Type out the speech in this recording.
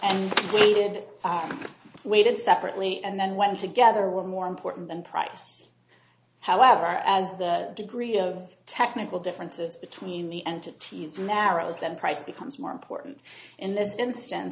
and waited waited separately and then when together were more important than price however as the degree of technical differences between the entities narrows that price becomes more important in this instance